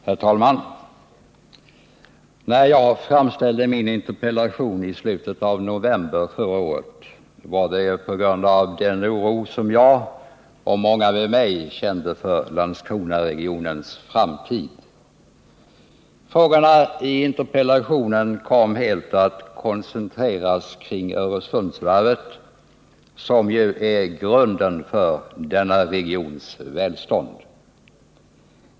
Herr talman! När jag framställde min interpellation i slutet av november förra året gjorde jag det på grund av den oro jag och många med mig kände för Landskronaregionens framtid. Frågorna i interpellationen kom helt att koncentreras kring Öresundsvarvet, som ju är grunden för denna regions välstånd.